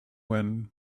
when